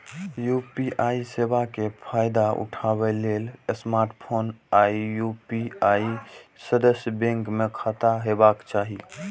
UPI सेवा के फायदा उठबै लेल स्मार्टफोन आ यू.पी.आई सदस्य बैंक मे खाता होबाक चाही